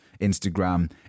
Instagram